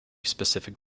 specific